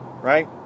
right